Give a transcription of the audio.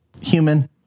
Human